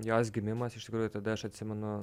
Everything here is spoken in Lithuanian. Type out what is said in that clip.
jos gimimas iš tikrųjų tada aš atsimenu